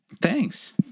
Thanks